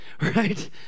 Right